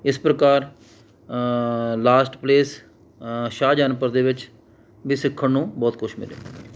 ਇਸ ਪ੍ਰਕਾਰ last place Shahjahanpur ਦੇ ਵਿੱਚ ਵੀ ਸਿੱਖਣ ਨੂੰ ਬਹੁਤ ਕੁਛ ਮਿਲਿਆ